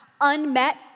unmet